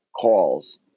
calls